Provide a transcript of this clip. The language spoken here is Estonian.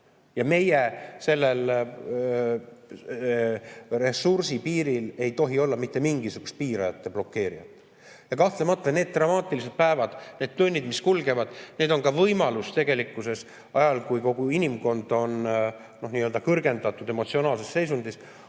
Ja meiepoolsel ressursi [andmisel] ei tohi olla mitte mingisugust piirajat ega blokeerijat. Kahtlemata need dramaatilised päevad, need tunnid, mis kulgevad, on tegelikkuses ka võimalus ajal, kui kogu inimkond on kõrgendatud emotsionaalses seisundis,